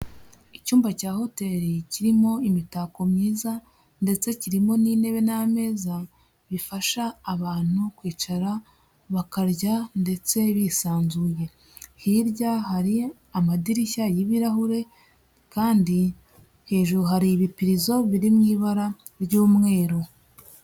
Icyumba cya hotel kirimo imitako myiza ndetse kirimo n'intebe n'ameza bifasha abantu kwicara bakarya ndetse bisanzuye, hirya hari amadirishya y'ibirahure kandi hejuru hari ibipirizo biri mu ibara ry'umweru.